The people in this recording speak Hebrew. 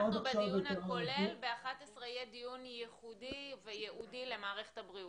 אנחנו בדיון הכולל וב-11:00 יהיה דיון ייחודי וייעודי למערכת הבריאות.